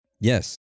Yes